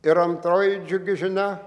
ir antroji džiugi žinia